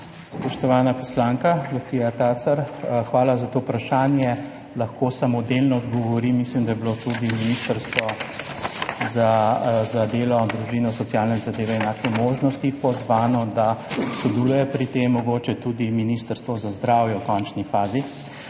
Lucija Tacer! Hvala za to vprašanje. Lahko samo delno odgovorim, mislim, da je bilo tudi Ministrstvo za delo, družino, socialne zadeve in enake možnosti pozvano, da sodeluje pri tem, mogoče tudi Ministrstvo za zdravje v končni fazi.